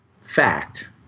fact